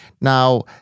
Now